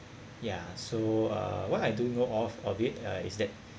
yeah so uh what I do know of of it uh is that